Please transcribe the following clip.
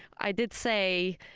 i did say,